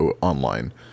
online